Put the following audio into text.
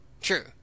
True